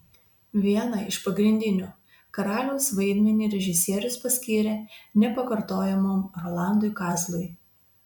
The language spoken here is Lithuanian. vieną iš pagrindinių karaliaus vaidmenį režisierius paskyrė nepakartojamam rolandui kazlui